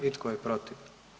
I tko je protiv?